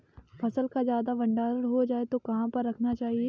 फसल का ज्यादा भंडारण हो जाए तो कहाँ पर रखना चाहिए?